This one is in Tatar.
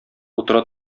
утыра